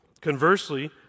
Conversely